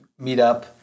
meetup